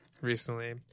recently